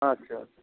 আচ্ছা আচ্ছা